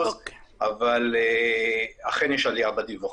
אבל אכן יש עלייה בדיווחים.